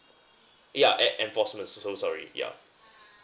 ya e~ enforcement so so sorry yeah